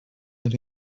and